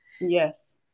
Yes